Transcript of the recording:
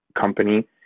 company